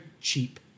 cheap